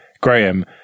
Graham